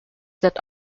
that